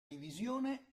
divisione